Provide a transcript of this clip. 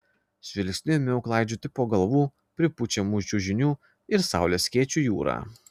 žvilgsniu ėmiau klaidžioti po galvų pripučiamų čiužinių ir saulės skėčių jūrą